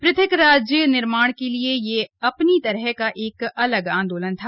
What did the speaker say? पृथक राज्य निर्माण के लिये यह अपनी तरह का एक अलग आन्दोलन था